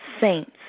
saints